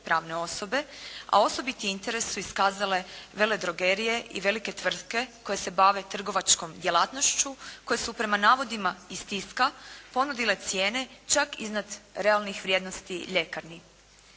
pravne osobe, a osobiti interes su iskazale veledrogerije i velike tvrtke koje se bave trgovačkom djelatnošću, koje su prema navodima iz tiska ponudile cijene čak iznad realnih vrijednosti ljekarni.